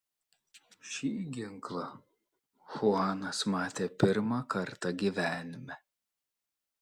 šį ginklą chuanas matė pirmą kartą gyvenime